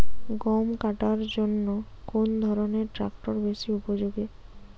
গম কাটার জন্য কোন ধরণের ট্রাক্টর বেশি উপযোগী?